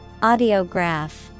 Audiograph